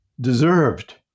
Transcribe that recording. deserved